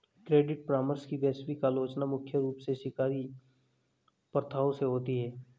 credit परामर्श की वैश्विक आलोचना मुख्य रूप से शिकारी प्रथाओं से होती है